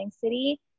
city